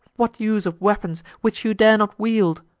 what use of weapons which you dare not wield?